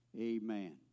Amen